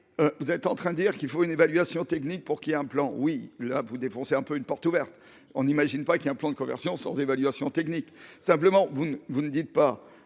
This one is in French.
Vous êtes en train de dire qu’il faut une évaluation technique pour qu’il y ait un plan. Soit : vous enfoncez une porte ouverte ! On n’imagine pas un plan de conversion sans évaluation technique… Simplement, au lieu de